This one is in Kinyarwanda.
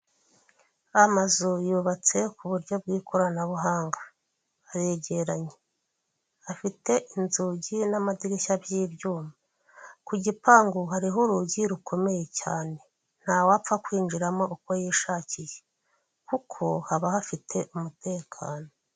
Amazu yubatse ku buryo bw'ikoranabuhanga, aregeranye afite inzugi n'amadirishya by'ibyuma, ku gipangu hariho urugi rukomeye cyane, nta wapfa kwinjiramo uko yishakiye, kuko haba hafite umutekano.